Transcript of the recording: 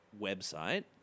website